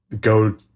go